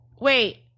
Wait